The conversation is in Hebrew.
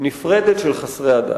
נפרדת של חסרי הדת.